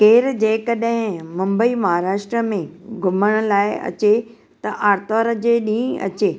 केरु जेकॾहिं मुंबई महाराष्ट्र में घुमण लाइ अचे त आर्तवार जे ॾींहुं अचे